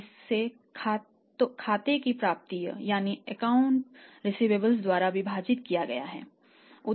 account receivables turnover ratio द्वारा विभाजित किया गया है